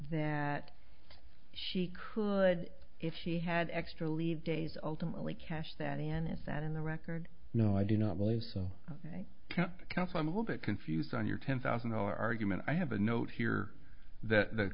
that she could if she had extra leave days ultimately cash that in is that in the record no i do not believe so count counts i'm a little bit confused on your ten thousand dollar argument i have a note here that the